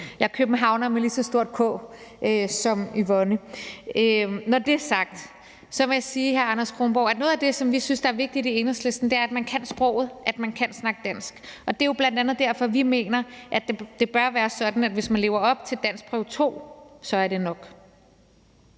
Jeg er københavner med lige så stort K som Yvonne. Når det er sagt, må jeg sige til hr. Anders Kronborg, at noget af det, som vi synes er vigtigt i Enhedslisten, er, at man kan sproget, at man kan snakke dansk. Det er jo bl.a. derfor, vi mener, at det bør være sådan, at hvis man lever op til kravene i danskprøve 2, er det nok.